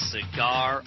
Cigar